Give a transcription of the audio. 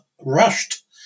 rushed